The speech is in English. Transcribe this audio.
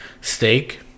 Steak